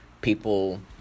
people